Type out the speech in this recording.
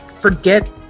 forget